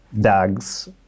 DAGs